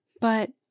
But